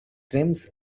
trims